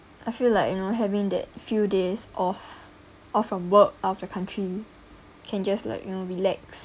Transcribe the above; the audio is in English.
I feel like you know having that few days off off from work off the country can just like you know relax